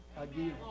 again